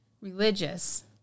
religious